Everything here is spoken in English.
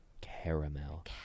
caramel